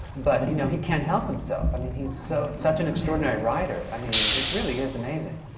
but you know, he can't help himself! i mean, he's so such an extraordinary writer. i mean, it really is amazing.